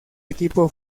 equipo